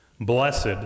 Blessed